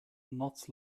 knots